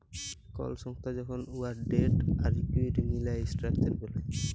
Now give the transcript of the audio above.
call সংস্থা যখল উয়ার ডেট আর ইকুইটি মিলায় ইসট্রাকচার বেলায়